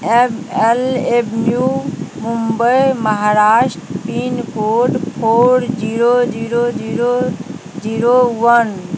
L avenue Mumbai Maharashtra pincode four zero zero zero zero one